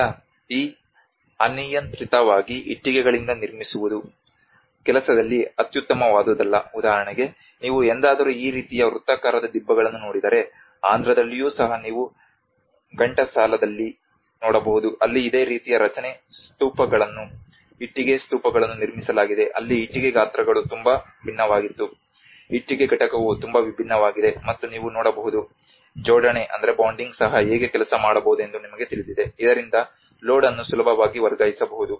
ಈಗ ಈ ಅನಿಯಂತ್ರಿತವಾಗಿ ಇಟ್ಟಿಗೆಗಳಿಂದ ನಿರ್ವಿುಸುವುದು ಕೆಲಸದಲ್ಲಿ ಅತ್ಯುತ್ತಮವಾದುದಲ್ಲ ಉದಾಹರಣೆಗೆ ನೀವು ಎಂದಾದರೂ ಈ ರೀತಿಯ ವೃತ್ತಾಕಾರದ ದಿಬ್ಬಗಳನ್ನು ನೋಡಿದರೆ ಆಂಧ್ರದಲ್ಲಿಯೂ ಸಹ ನೀವು ಘಂಟಾಸಲಾದಲ್ಲಿ ನೋಡಬಹುದು ಅಲ್ಲಿ ಇದೇ ರೀತಿಯ ರಚನೆ ಸ್ತೂಪಗಳನ್ನು ಇಟ್ಟಿಗೆ ಸ್ತೂಪಗಳನ್ನು ನಿರ್ಮಿಸಲಾಗಿದೆ ಅಲ್ಲಿ ಇಟ್ಟಿಗೆ ಗಾತ್ರಗಳು ತುಂಬಾ ಭಿನ್ನವಾಗಿತ್ತು ಇಟ್ಟಿಗೆ ಘಟಕವು ತುಂಬಾ ವಿಭಿನ್ನವಾಗಿದೆ ಮತ್ತು ನೀವು ನೋಡಬಹುದು ಜೋಡಣೆ ಸಹ ಹೇಗೆ ಕೆಲಸ ಮಾಡಬಹುದೆಂದು ನಿಮಗೆ ತಿಳಿದಿದೆ ಇದರಿಂದ ಲೋಡ್ ಅನ್ನು ಸುಲಭವಾಗಿ ವರ್ಗಾಯಿಸಬಹುದು